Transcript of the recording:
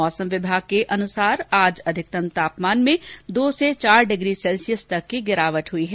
मौसम विभाग के अनुसार आज अधिकतम तापमान में दो से चार डिग्री सैल्सियस तक की गिरावट हुई है